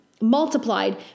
multiplied